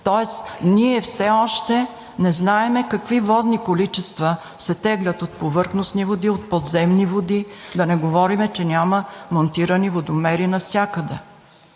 Тоест ние все още не знаем какви водни количества се теглят от повърхностни води, от подземни води, да не говорим, че няма монтирани водомери навсякъде.